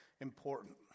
important